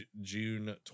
June